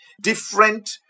different